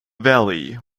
valley